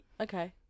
okay